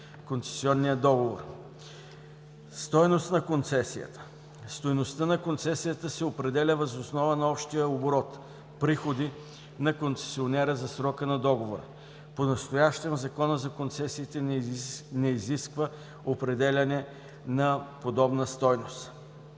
концесионния договор. Стойност на концесията: тя се определя въз основа на общия оборот – приходи на концесионера за срока на договора. Понастоящем Законът за концесиите не изисква определяне на подобна стойност.